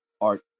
art